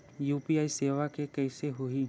UPI सेवा के कइसे होही?